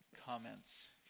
Comments